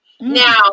Now